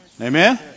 Amen